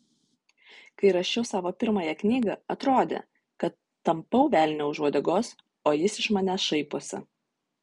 kai rašiau savo pirmąją knygą atrodė kad tampau velnią už uodegos o jis iš manęs šaiposi